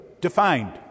defined